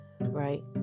right